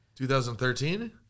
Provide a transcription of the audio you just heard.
2013